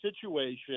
situation